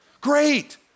Great